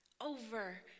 over